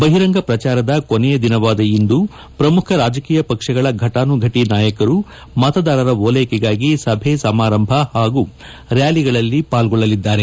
ಬಹಿರಂಗ ಪ್ರಚಾರದ ಕೊನೆಯ ದಿನವಾದ ಇಂದು ಪ್ರಮುಖ ರಾಜಕೀಯ ಪಕ್ಷಗಳ ಫಟಾನುಘಟ ನಾಯಕರು ಮತದಾರರ ಓಲೈಕೆಗಾಗಿ ಸಭೆ ಸಮಾರಂಭ ಹಾಗೂ ರ್ಕಾಲಿಗಳಲ್ಲಿ ಪಾಲ್ಗೊಳ್ಳಲಿದ್ದಾರೆ